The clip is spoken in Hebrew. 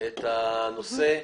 את הנושא.